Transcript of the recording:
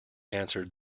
answered